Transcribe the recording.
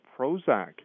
Prozac